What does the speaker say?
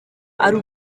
ari